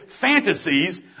fantasies